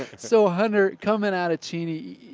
so hunter coming out of cheney,